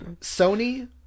Sony